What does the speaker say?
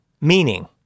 meaning